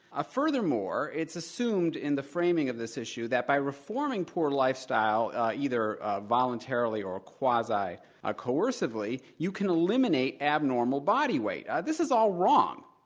furthermore, it's assumed in the framing of this issue that by reforming poor lifestyle either voluntarily or quasi ah coercively, you can eliminate abnormal body weight. this is all wrong.